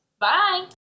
Bye